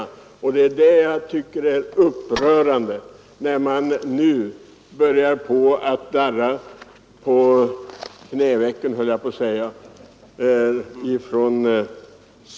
Det som jag tycker är upprörande är att man nu inom centern börjar darra på manschetten.